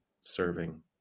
serving